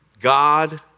God